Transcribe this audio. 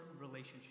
relationship